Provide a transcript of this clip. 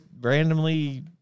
randomly